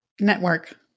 network